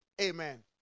Amen